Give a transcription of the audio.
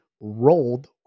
rolled